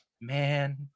man